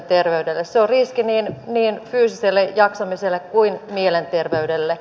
se on riski niin fyysiselle jaksamiselle kuin mielenterveydelle